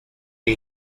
the